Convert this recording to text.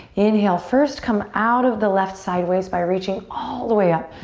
inhale, first, come out of the left sideways by reaching all the way up.